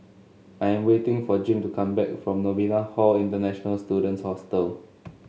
I am waiting for Jim to come back from Novena Hall International Students Hostel